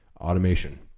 Automation